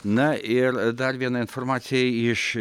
na ir dar viena informacija iš